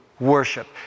Worship